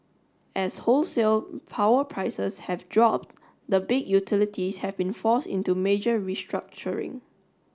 as wholesale power prices have dropped the big utilities have been forced into major restructuring